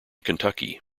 kentucky